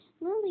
Lily